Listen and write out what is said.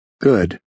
good